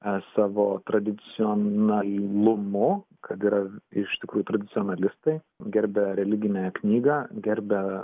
e savo tradicionajlumu kad yra iš tikrųjų tradicionalistai gerbia religinę knygą gerbia